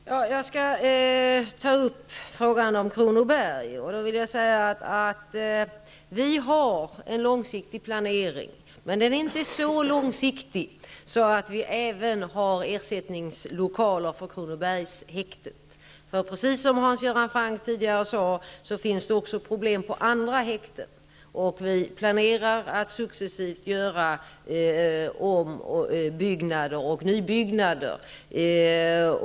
Herr talman! Jag skall ta upp frågan om Kronobergshäktet. Vi har en planering på lång sikt. Men den är inte så långsiktig att vi har ersättningslokaler för Kronobergshäktet. Precis som Hans Göran Franck sade finns också problem på andra häkten. Vi planerar att successivt göra ombyggnader och nybyggnader.